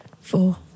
Four